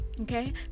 Okay